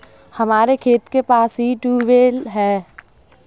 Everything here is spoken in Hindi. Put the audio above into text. हमारे खेत के पास ही ट्यूबवेल है